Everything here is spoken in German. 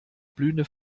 blühende